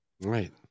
Right